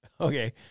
Okay